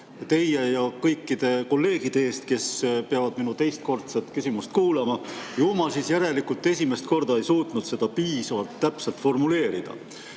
teie ja kõikide kolleegide ees, kes peavad teist korda minu küsimust kuulama. Ju ma siis järelikult esimesel korral ei suutnud seda piisavalt täpselt formuleerida.